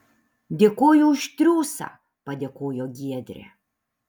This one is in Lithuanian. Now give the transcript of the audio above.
dėkoju už triūsą padėkojo giedrė